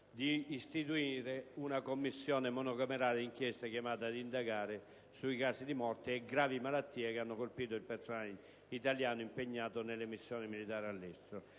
di istituire una Commissione monocamerale d'inchiesta chiamata a indagare sui casi di morte e gravi malattie che hanno colpito il personale italiano impiegato nelle missioni militari all'estero,